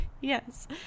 Yes